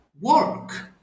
work